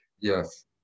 yes